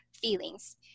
feelings